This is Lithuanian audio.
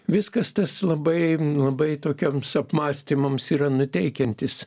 viskas tas labai labai tokiems apmąstymams yra nuteikiantis